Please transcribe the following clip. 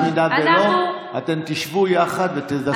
אם לא, אתן תשבו יחד ותדסקסו את העניין.